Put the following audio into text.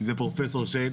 זה פרופסור שיין